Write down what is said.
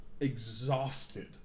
exhausted